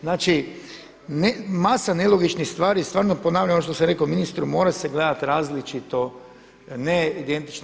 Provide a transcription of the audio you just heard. Znači, masa nelogičnih stvari, stvarno ponavljam ono što sam rekao ministru, mora se gledati različito, ne identično.